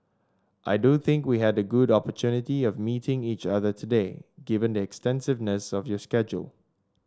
I do think we had the good opportunity of meeting each other today given the extensiveness of your schedule